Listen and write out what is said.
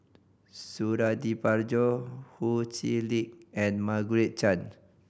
Suradi Parjo Ho Chee Lick and Margaret Chan